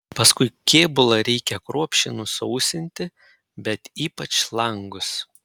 paskui kėbulą reikia kruopščiai nusausinti bet ypač langus